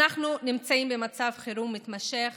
אנחנו נמצאים במצב חירום מתמשך